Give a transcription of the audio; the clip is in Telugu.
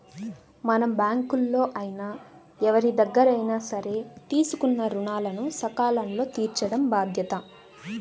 మనం బ్యేంకుల్లో అయినా ఎవరిదగ్గరైనా సరే తీసుకున్న రుణాలను సకాలంలో తీర్చటం బాధ్యత